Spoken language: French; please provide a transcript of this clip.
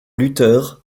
lutteur